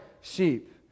sheep